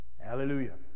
Hallelujah